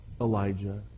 Elijah